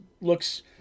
looks